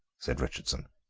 said richardson.